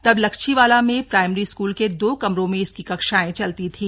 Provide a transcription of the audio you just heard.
तब लच्छीवाला में primary school के दो कमरों में इसकी कक्षाएं चलती थी